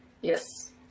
Yes